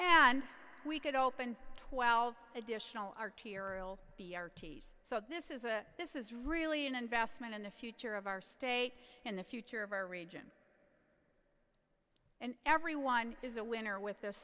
and we could open twelve additional arterial b r t's so this is a this is really an investment in the future of our stake in the future of our region and everyone is a winner with this